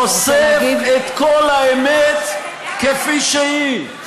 חושף את כל האמת כפי שהיא.